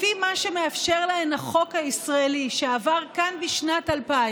לפי מה שמאפשר להן החוק הישראלי שעבר כאן בשנת 2000,